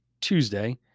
Tuesday